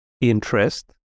interest